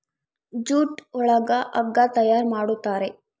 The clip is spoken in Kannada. ಜೂಟ್ ಒಳಗ ಹಗ್ಗ ತಯಾರ್ ಮಾಡುತಾರೆ